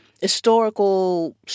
historical